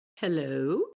Hello